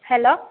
hello